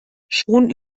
schon